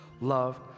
love